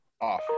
off